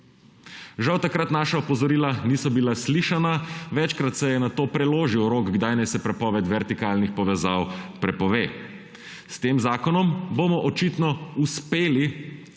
Žal takrat naša opozorila niso bila slišana, večkrat se je nato preložil rok, kdaj naj se prepoved vertikalnih povezav prepove. S tem zakonom bomo očitno uspeli,